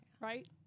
Right